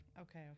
okay